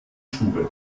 stube